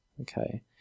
Okay